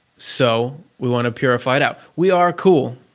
so, we want to purify it out. we are cool,